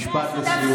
משפט לסיום.